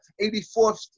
84th